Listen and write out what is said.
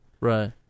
Right